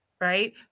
Right